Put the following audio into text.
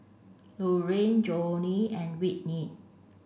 Lurline Jonnie and Whitney